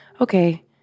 okay